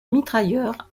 mitrailleur